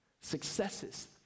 successes